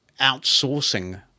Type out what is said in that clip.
outsourcing